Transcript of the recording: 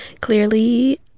clearly